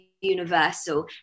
universal